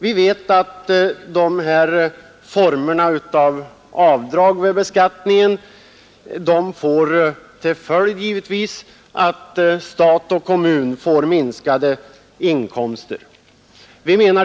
Vi vet ju att ett system med avdrag vid beskattningen resulterar i att stat och kommun får minskade inkomster.